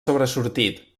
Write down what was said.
sobresortit